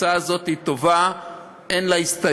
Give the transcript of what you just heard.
ההצעה הזאת היא טובה, אין לה הסתייגויות.